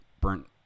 burnt